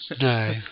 no